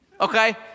Okay